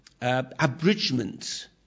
abridgment